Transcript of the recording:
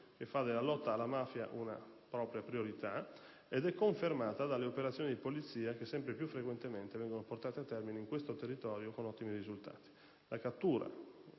che fa della lotta alla mafia una propria priorità, confermata dalle operazioni di polizia che sempre più frequentemente vengono portate a termine in questo territorio con ottimi risultati: